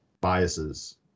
biases